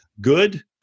good